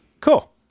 Cool